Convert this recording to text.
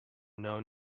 known